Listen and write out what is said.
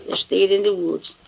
ah stayed in the woods,